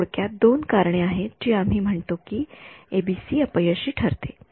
तर थोडक्यात दोन कारणे आहेत जी आम्ही म्हणतो की एबीसी अपयशी ठरते